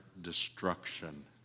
destruction